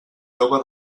jove